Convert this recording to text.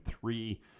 three